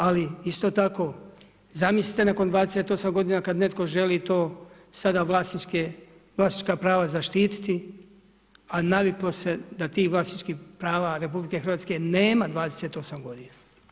Ali, isto tako zamislite nakon 28 godina kad netko želi to sada vlasnička prava zaštititi, a naviklo se da ti vlasničkih prava RH nema 28 godina.